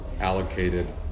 allocated